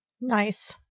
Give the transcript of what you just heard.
Nice